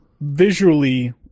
visually